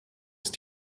ist